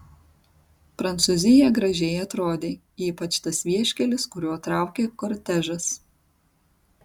prancūzija gražiai atrodė ypač tas vieškelis kuriuo traukė kortežas